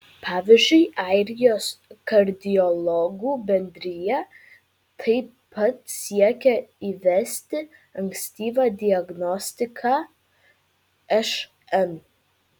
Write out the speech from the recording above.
pavyzdžiui airijos kardiologų bendrija taip pat siekia įvesti ankstyvą diagnostiką šn